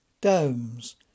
domes